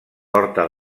porta